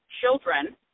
children